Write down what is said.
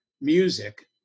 music